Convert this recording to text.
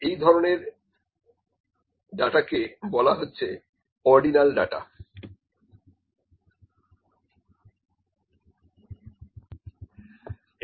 এই ধরনের ডাটাকে বলা হচ্ছে অর্ডিনাল ডাটা